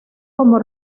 como